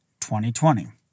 2020